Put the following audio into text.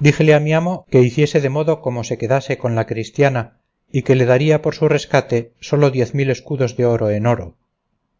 díjele a mi amo que hiciese de modo como se quedase con la cristiana y que le daría por su rescate solo diez mil escudos de oro en oro